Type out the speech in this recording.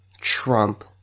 Trump